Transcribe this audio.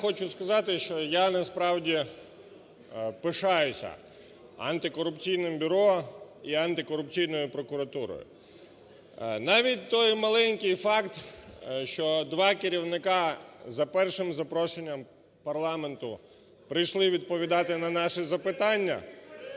Я хочу сказати, що я, насправді, пишаюся Антикорупційним бюро і Антикорупційною прокуратурою. Навіть той маленький факт, що два керівника за першим запрошенням парламенту прийшли відповідати на наші запитання